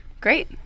Great